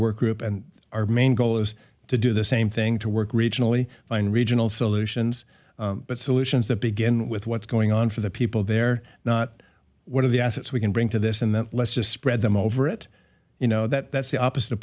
work group and our main goal is to do the same thing to work regionally and regional solutions but solutions that begin with what's going on for the people there not one of the assets we can bring to this and then let's just spread them over it you know that that's the opposite of